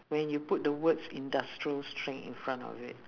when you put the words industrial strength in front of it